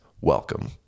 welcome